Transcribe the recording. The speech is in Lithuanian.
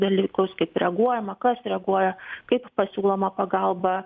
dalykus kaip reaguojama kas reaguoja kaip pasiūloma pagalba